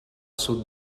sud